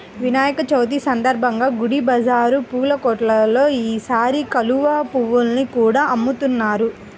వినాయక చవితి సందర్భంగా గుడి బజారు పూల కొట్టుల్లో ఈసారి కలువ పువ్వుల్ని కూడా అమ్ముతున్నారు